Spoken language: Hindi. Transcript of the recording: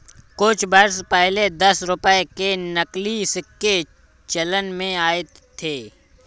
कुछ वर्ष पहले दस रुपये के नकली सिक्के चलन में आये थे